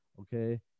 okay